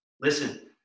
Listen